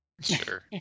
Sure